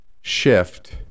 shift